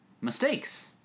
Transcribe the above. mistakes